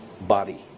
body